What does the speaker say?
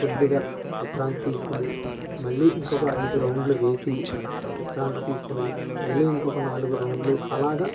కొద్దిగా విశ్రాంతి తీసుకొని మళ్ళీ ఇంకొక ఐదు రౌండ్లు వేసి విశ్రాంతి తీసుకొని మళ్ళీ ఇంకొక నాలుగు రౌండ్లు అలాగ